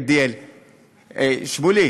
ADL. ADL. שמולי,